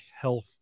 health